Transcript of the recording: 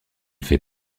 fait